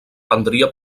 prendria